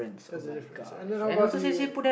that's the difference and then how about the